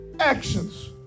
actions